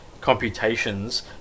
computations